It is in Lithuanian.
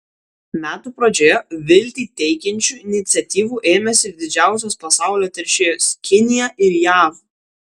metų pradžioje viltį teikiančių iniciatyvų ėmėsi ir didžiausios pasaulio teršėjos kinija ir jav